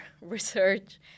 research